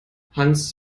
hans